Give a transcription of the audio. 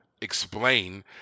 explain